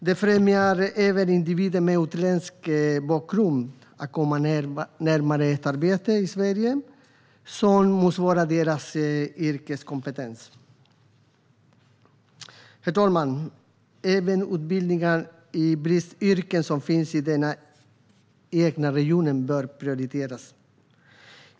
Det främjar även individer med utländsk bakgrund som kan komma närmare ett arbete i Sverige som motsvarar deras yrkeskompetens. Herr talman! Även utbildningar i bristyrken som finns i den egna regionen bör prioriteras.